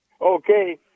Okay